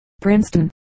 Princeton